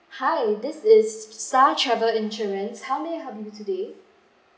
hi this is star travel insurance how may I help you today